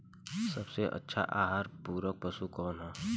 सबसे अच्छा आहार पूरक पशु कौन ह?